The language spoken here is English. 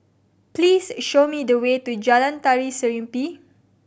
please show me the way to Jalan Tari Serimpi